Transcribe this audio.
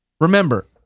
Remember